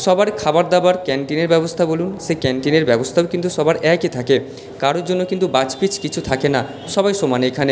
সবার খাবার দাবার ক্যান্টিনের ব্যবস্থা বলুন সে ক্যান্টিনের ব্যবস্থাও কিন্তু একই থাকে কারোর জন্য কিন্তু বাছ পিছ কিছু থাকে না সবাই সমান এখানে